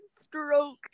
stroke